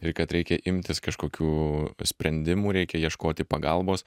ir kad reikia imtis kažkokių sprendimų reikia ieškoti pagalbos